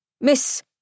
Miss